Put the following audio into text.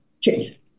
change